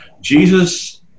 Jesus